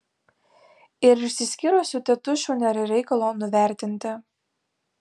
ir išsiskyrusių tėtušių nėra reikalo nuvertinti